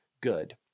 good